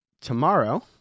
tomorrow